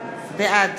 בעד